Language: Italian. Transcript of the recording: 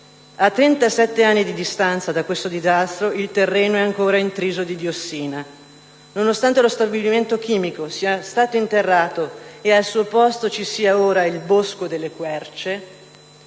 anni di distanza da questo disastro, il terreno è ancora intriso di diossina. Nonostante lo stabilimento chimico sia stato interrato e al suo posto ci sia ora il Bosco delle querce,